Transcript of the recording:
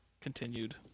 continued